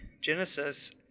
Genesis